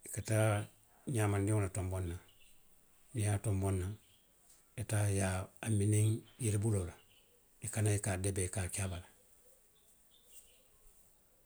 I ka taa ňaamandiŋwolu tonboŋ naŋ. Niŋ i ye a tonboŋ naŋ, i ye taa i ye a miniŋ yiri buloo la, i ka naa i ka a debe i ka a ke a bala.